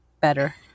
better